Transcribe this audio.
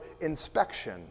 inspection